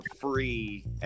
free